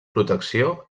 protecció